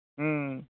ᱦᱩᱸ